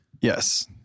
Yes